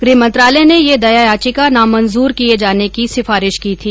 गृह मंत्रालय ने ये दया याचिका नामंजूर किये जाने की सिफारिश की थी